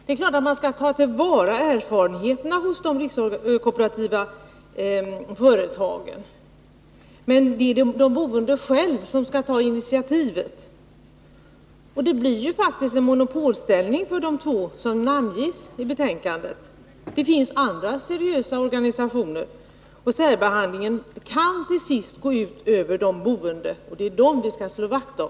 Det är klart att man skall ta till vara erfarenheterna hos de rikskooperativa företagen, men det är de boende själva som skall ta initiativet. Det blir faktiskt en monopolställning för de två organisationer som namnges i betänkandet — och det finns ju andra seriösa organisationer. Särbehandlingen kan till sist gå ut över de boende, och det är dem som vi skall slå vakt om.